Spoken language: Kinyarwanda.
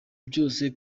byose